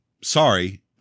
sorry